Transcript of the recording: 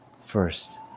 first